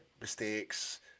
mistakes